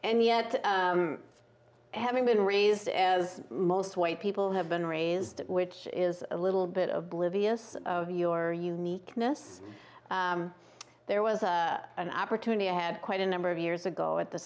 and yet having been raised as most white people have been raised which is a little bit of blue vs of your uniqueness there was an opportunity i had quite a number of years ago at the